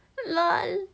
laugh out loud